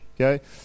okay